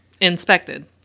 inspected